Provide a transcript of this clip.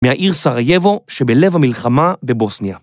מהעיר סרייבו שבלב המלחמה בבוסניה.